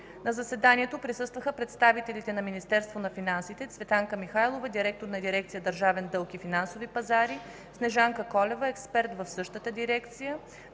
На заседанието присъстваха представителите на Министерство на финансите: Цветанка Михайлова – директор на дирекция „Държавен дълг и финансови пазари”, Снежанка Колева – експерт в същата дирекция,